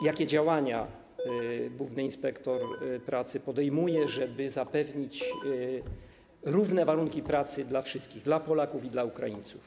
Jakie działania główny inspektor pracy podejmuje, żeby zapewnić równe warunki pracy dla wszystkich, dla Polaków i dla Ukraińców?